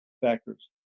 factors